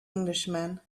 englishman